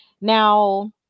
now